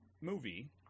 movie